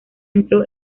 entró